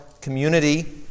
Community